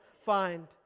find